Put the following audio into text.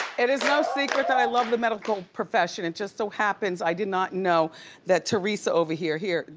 it is no secret that i love the medical profession. it just so happens, i did not know that teresa over here, here,